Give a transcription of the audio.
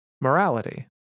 morality